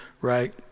Right